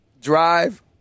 drive